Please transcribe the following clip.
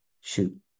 shoot